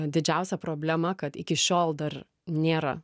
didžiausia problema kad iki šiol dar nėra